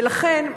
ולכן,